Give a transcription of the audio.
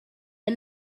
are